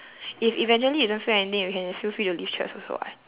if eventually you don't feel anything you can feel free to leave church also [what]